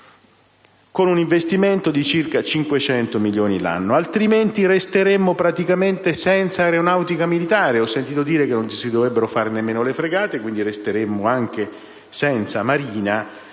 con un investimento di circa 500 milioni l'anno, altrimenti resteremmo praticamente senza Aeronautica militare. Ho sentito dire che non si dovrebbero costruire nemmeno le fregate; quindi, resteremmo anche senza Marina